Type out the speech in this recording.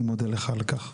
אני מודה לך על כך.